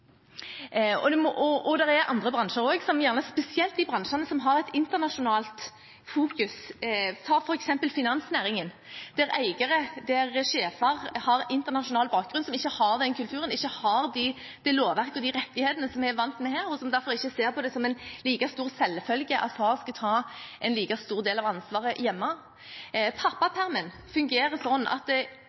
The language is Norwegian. Det gjelder i andre bransjer også, spesielt de bransjene som har et internasjonalt fokus. Ta f.eks. finansnæringen, der eiere, sjefer, har internasjonal bakgrunn. De har ikke den kulturen, de har ikke det lovverket og de rettighetene som vi er vant til her, og derfor ser de ikke på det som en selvfølge at far skal ta en like stor del av ansvaret hjemme. Pappapermen fungerer sånn at har man krav på det,